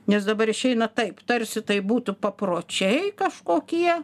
nes dabar išeina taip tarsi tai būtų papročiai kažkokie